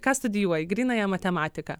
ką studijuoji grynąją matematiką